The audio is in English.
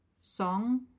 song